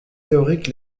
théorique